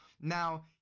Now